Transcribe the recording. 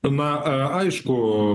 na aišku